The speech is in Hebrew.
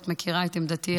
את מכירה את עמדתי,